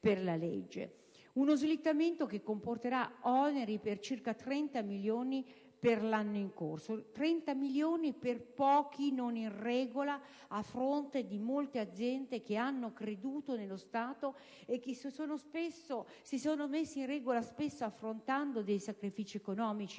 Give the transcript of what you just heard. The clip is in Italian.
Uno slittamento che comporterà oneri per circa 30 milioni per l'anno in corso: 30 milioni per pochi non in regola a fronte di molte aziende che hanno creduto nello Stato e che si sono messe in regola spesso affrontando dei sacrifici economici